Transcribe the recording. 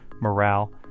morale